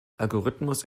algorithmus